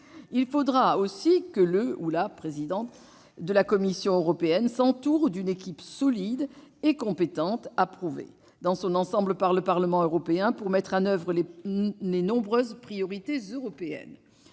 Il faudra aussi que le président ou la présidente de la Commission européenne s'entoure d'une équipe solide, compétente et approuvée dans son ensemble par le Parlement européen pour mettre en oeuvre les nombreuses priorités européennes.